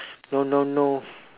no no no